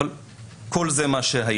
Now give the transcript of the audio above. אבל כל זה מה שהיה.